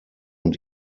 und